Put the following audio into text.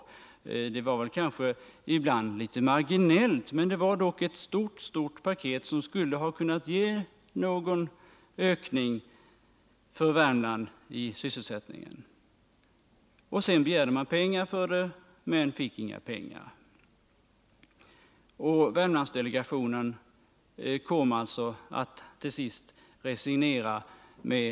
Insatserna har väl ibland varit litet marginella, men det var dock ett stort paket som skulle ha kunnat bidra till en ökning av sysselsättningen i Värmland. Man begärde pengar, men fick inga. Med en mycket blygsam insats bakom sig resignerade till sist Värmlandsdelegationen.